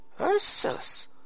Ursus